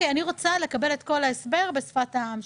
אני רוצה לקבל את כל ההסבר בשפת העם,